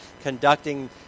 conducting